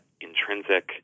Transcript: intrinsic